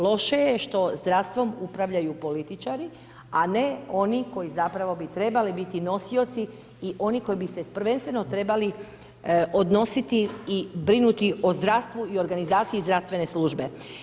Loše je što zdravstvom upravljaju političari, a ne oni koji zapravo bi trebali biti nosioci i oni koji bi se prvenstveno trebali odnositi i brinuti o zdravstvu i organizaciji zdravstvene službe.